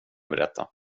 berätta